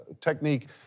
technique